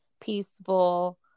peaceful